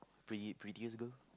pretty prettiest girl